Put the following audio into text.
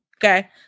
okay